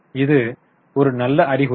இது ஒரு நல்ல அறிகுறியா